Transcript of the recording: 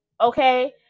okay